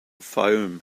fayoum